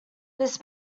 this